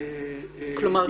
כלומר,